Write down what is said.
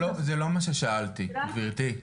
זה לא מה ששאלתי גבירתי.